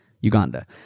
Uganda